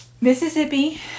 Mississippi